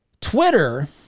Twitter